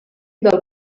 del